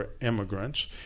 immigrants